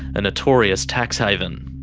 a notorious tax haven.